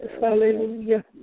hallelujah